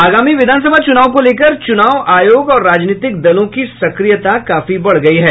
आगामी विधानसभा चुनाव को लेकर चुनाव आयोग और राजनीतिक दलों की सक्रियता काफी बढ़ गई है